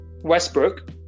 Westbrook